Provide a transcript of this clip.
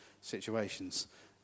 situations